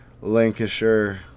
lancashire